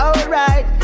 Alright